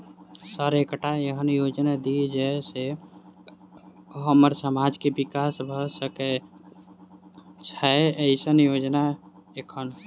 Sir एकटा एहन योजना दिय जै सऽ हम्मर समाज मे विकास भऽ सकै छैय एईसन योजना एखन?